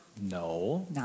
No